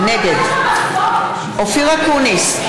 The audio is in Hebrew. נגד אופיר אקוניס,